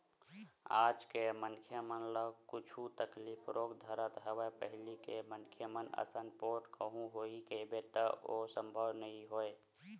आज के मनखे मन ल कुछु तकलीफ रोग धरत हवय पहिली के मनखे मन असन पोठ कहूँ होही कहिबे त ओ संभव नई होवय